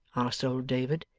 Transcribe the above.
asked old david.